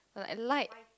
like light